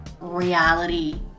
reality